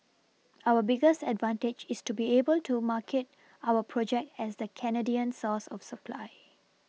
our biggest advantage is to be able to market our project as a Canadian source of supply